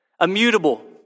Immutable